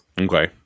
Okay